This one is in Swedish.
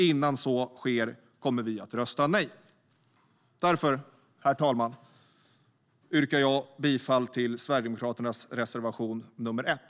Innan så sker kommer vi att rösta nej. Herr talman! Jag yrkar därför bifall till Sverigedemokraternas reservation 1.